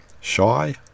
Shy